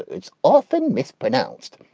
it's often mispronounced.